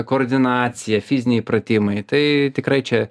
koordinacija fiziniai pratimai tai tikrai čia